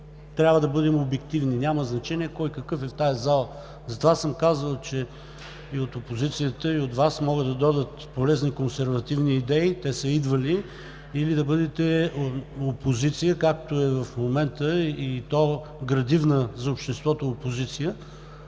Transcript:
трябва да бъдем обективни, няма значение кой какъв е в тази зала. Затова съм казвал, че и от опозицията, и от Вас могат да дойдат полезни консервативни идеи – те са идвали, или да бъдете опозиция, както е в момента, и то градивна за обществото опозиция,